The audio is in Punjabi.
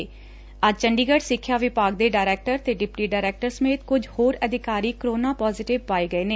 ਅੱਜ ਚੰਡੀਗੜ੍ ਸਿੱਖਿਆ ਵਿਭਾਗ ਦੇ ਡਾਇਰੈਕਟਰ ਤੇ ਡਿਪਟੀ ਡਾਇਰੈਕਟਰ ਸਮੇਤ ਕੁਝ ਹੋਰ ਅਧਿਕਾਰੀ ਕੋਰੋਨਾ ਪਾਜ਼ੇਟਿਵ ਪਾਏ ਗਏ ਨੇ